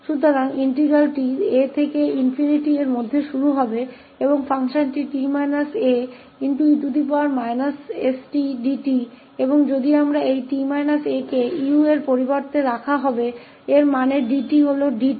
तो समाकलन 𝑎 से ∞ तक शुरू होगा और फलन fe stdt है और हम इस u स्थानापन्न अगर 𝑡 − 𝑎 के रूप में है मतलब 𝑑𝑡 𝑑𝑢 है